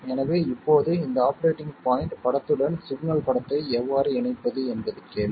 எனவே இப்போது இந்த ஆபரேட்டிங் பாய்ண்ட் படத்துடன் சிக்னல் படத்தை எவ்வாறு இணைப்பது என்பது கேள்வி